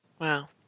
Wow